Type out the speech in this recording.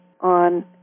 on